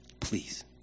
Please